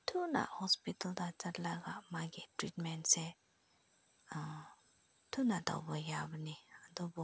ꯊꯨꯅ ꯍꯣꯁꯄꯤꯇꯥꯜꯗ ꯆꯠꯂꯒ ꯃꯥꯒꯤ ꯇ꯭ꯔꯤꯠꯃꯦꯟꯁꯦ ꯊꯨꯅ ꯇꯧꯕ ꯌꯥꯕꯅꯤ ꯑꯗꯨꯕꯨ